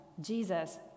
Jesus